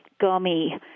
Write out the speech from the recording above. gummy